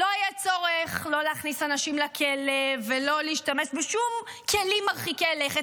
לא יהיה צורך לא להכניס אנשים לכלא ולא להשתמש בשום כלים מרחיקי לכת.